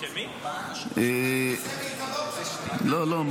אבל זה --- לא, לא.